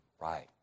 right